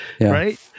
right